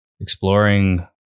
exploring